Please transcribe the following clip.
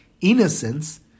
innocence